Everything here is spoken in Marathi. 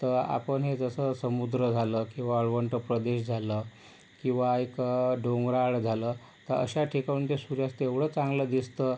तर आपण हे जसं समुद्र झालं की वाळवंट प्रदेश झालं किंवा एक डोंगराळ झालं तर अशा ठिकाणाहून ते सूर्यास्त एवढं चांगलं दिसतं